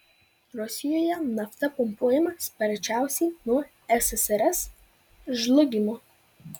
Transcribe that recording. rusijoje nafta pumpuojama sparčiausiai nuo ssrs žlugimo